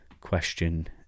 question